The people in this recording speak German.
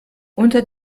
unter